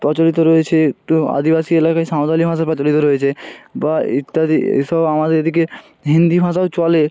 প্রচলিত রয়েছে তো আদিবাসী এলাকায় সাঁওতালি ভাষা প্রচলিত রয়েছে বা ইত্যাদি এই সব আমাদের এদিকে হিন্দি ভাষাও চলে